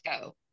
go